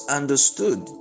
understood